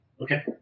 Okay